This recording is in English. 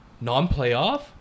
non-playoff